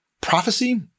Prophecy